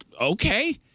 okay